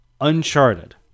Uncharted